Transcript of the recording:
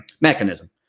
mechanism